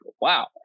wow